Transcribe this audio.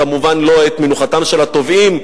כמובן לא את מנוחתם של התובעים,